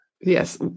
Yes